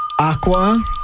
aqua